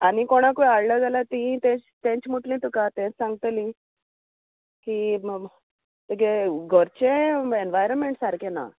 आनी कोणाकूय हाडलो जाल्यार ती तेंच तेंच म्होटलीं तुका तेंच सांगतलीं की माग तेगे घरचें एनवायरमेंट सारकें ना